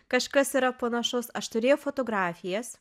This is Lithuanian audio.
kažkas yra panašaus aš turėjau fotografijas